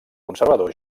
conservador